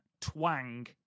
twang